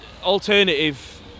alternative